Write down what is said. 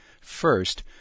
First